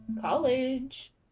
College